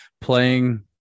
playing